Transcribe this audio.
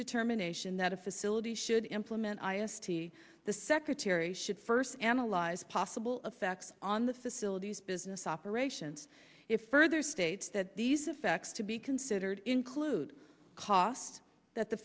determination that a facility should implement i s t g the secretary should first analyze possible effects on the facilities business operations if further states that these effects to be considered include cost that the